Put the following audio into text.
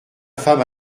femme